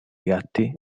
gatti